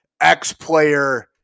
X-player